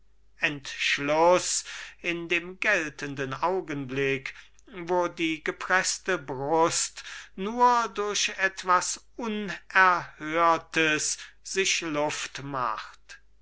entschluß in dem geltenden augenblick wo die gepreßte brust nur durch etwas unerhörtes sich luft